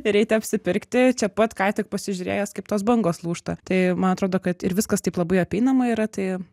ir eiti apsipirkti čia pat ką tik pasižiūrėjęs kaip tos bangos lūžta tai man atrodo kad ir viskas taip labai apeinama yra tai